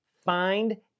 find